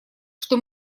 что